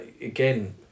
again